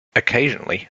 occasionally